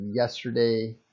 yesterday